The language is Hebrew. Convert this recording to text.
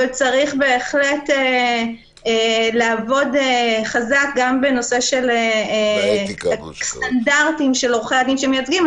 צריך בהחלט לעבוד חזק גם בנושא של סטנדרטים של עורכי הדין שמייצגים.